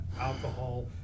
alcohol